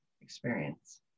experience